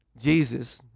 Jesus